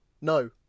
no